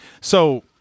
so-